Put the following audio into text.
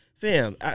Fam